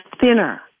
thinner